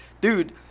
Dude